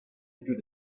through